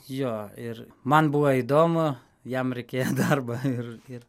jo ir man buvo įdomu jam reikėjo darbo ir ir